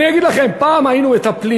אני אגיד לכם, פעם היינו מטפלים